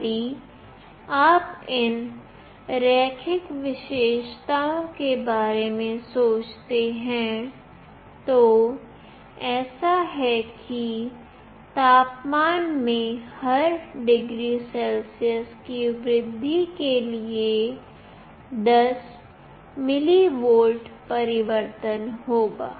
यदि आप इन रैखिक विशेषताओं के बारे में सोचते हैं तो ऐसा है कि तापमान में हर डिग्री सेल्सियस की वृद्धि के लिए 10 मिलीवोल्ट परिवर्तन होगा